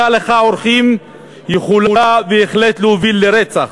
הלכה עורכים יכולה בהחלט להוביל לרצח.